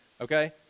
okay